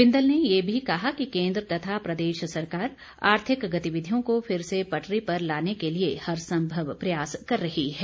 बिंदल ने ये भी कहा कि केन्द्र तथा प्रदेश सरकार आर्थिक गतिविधियों को फिर से पटरी पर लाने के लिए हर सम्भव प्रयास कर रही है